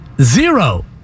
zero